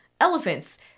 elephants